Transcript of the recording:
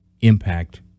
impact